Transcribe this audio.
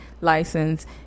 license